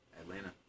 Atlanta